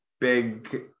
big